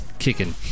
kicking